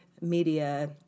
media